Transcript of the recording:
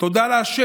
תודה לה',